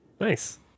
Nice